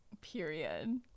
Period